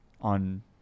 on